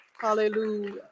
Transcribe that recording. Hallelujah